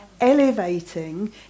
elevating